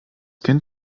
kind